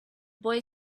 boy